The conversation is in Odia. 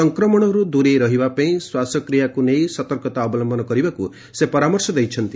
ସଂକ୍ରମଣରୁ ଦୂରେଇ ରହିବା ପାଇଁ ଶ୍ୱାସକ୍ରୀୟାକୁ ନେଇ ସତର୍କତା ଅବଲମ୍ଭନ କରିବାକୁ ସେ ପରାମର୍ଶ ଦେଇଛନ୍ତି